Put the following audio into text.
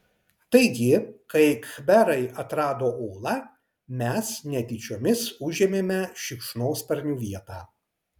taigi kai khmerai atrado olą mes netyčiomis užėmėme šikšnosparnių vietą